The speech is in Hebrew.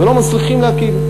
ולא מצליחים להקים,